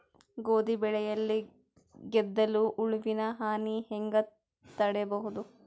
ಗೋಧಿ ಬೆಳೆಯಲ್ಲಿ ಗೆದ್ದಲು ಹುಳುವಿನ ಹಾನಿ ಹೆಂಗ ತಡೆಬಹುದು?